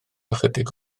ychydig